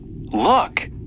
Look